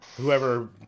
Whoever